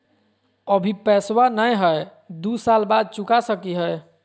अभि पैसबा नय हय, दू साल बाद चुका सकी हय?